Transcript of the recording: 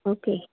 okay